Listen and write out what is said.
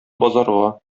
базарга